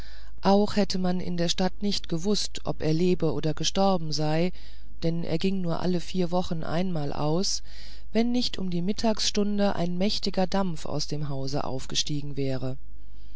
auch hätte man in der stadt nicht gewußt ob er lebe oder gestorben sei denn er ging nur alle vier wochen einmal aus wenn nicht um die mittagsstunde ein mächtiger dampf aus dem hause aufgestiegen wäre